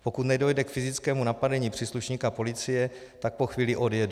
Pokud nedojde k fyzickému napadení příslušníka policie, tak po chvíli odjedou.